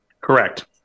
Correct